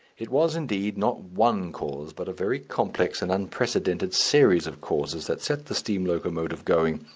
it was, indeed, not one cause, but a very complex and unprecedented series of causes, that set the steam locomotive going.